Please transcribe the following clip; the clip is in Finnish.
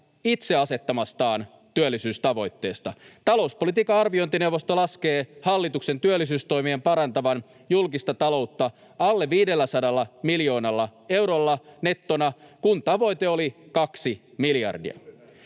itse asettamastaan työllisyystavoitteesta. Talouspolitiikan arviointineuvosto laskee hallituksen työllisyystoimien parantavan julkista taloutta alle 500 miljoonalla eurolla nettona, kun tavoite oli 2 miljardia.